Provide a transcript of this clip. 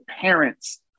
parents